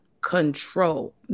control